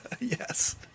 Yes